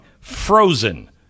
Frozen